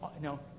no